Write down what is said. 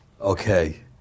Okay